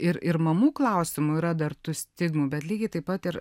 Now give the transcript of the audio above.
ir ir mamų klausimu yra dar tų stigmų bet lygiai taip pat ir